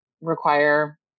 require